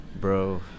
Bro